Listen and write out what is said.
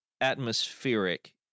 atmospheric